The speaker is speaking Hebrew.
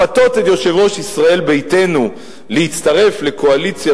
לפתות את יושב-ראש ישראל ביתנו להצטרף לקואליציה